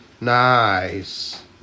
Nice